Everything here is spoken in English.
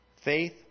Faith